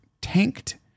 tanked